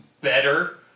better